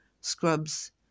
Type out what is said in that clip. scrubs